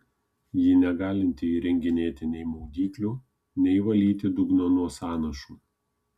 ji negalinti įrenginėti nei maudyklių nei valyti dugno nuo sąnašų